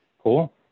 Cool